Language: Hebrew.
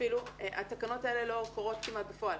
התקנות האלה לא קורות בפועל.